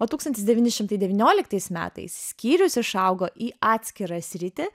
o tūkstantis devyni šimtai devynioliktais metais skyrius išaugo į atskirą sritį